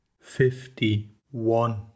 fifty-one